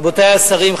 רבותי השרים,